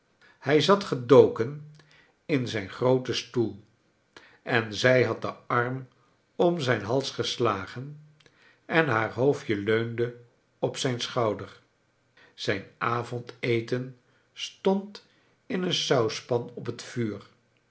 hij zat gedoken in zijn grooten stoel en zij had den arm om zijn hals geslagen en haar hoofdjc leunde op zijn schouder zijn avondeten stond in een sauspan op het vuur